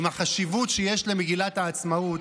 עם החשיבות שיש למגילת העצמאות,